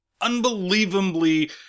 unbelievably